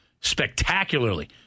Spectacularly